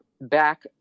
back